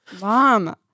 mom